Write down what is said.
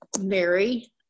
Mary